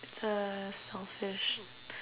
so selfish